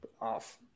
off